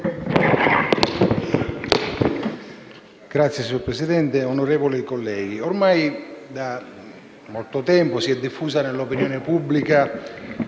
Signora Presidente, onorevoli colleghi, ormai da molto tempo si è diffuso nell'opinione pubblica